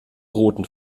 roten